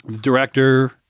Director